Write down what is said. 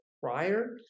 prior